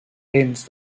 béns